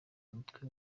mutwe